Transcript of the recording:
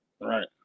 Right